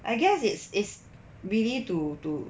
I guess it's is really to to